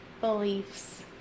beliefs